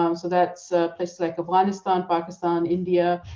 um so that's places like afghanistan, pakistan, india,